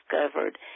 discovered